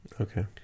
Okay